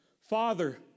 Father